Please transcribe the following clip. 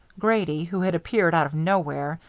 grady, who had appeared out of nowhere,